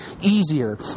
easier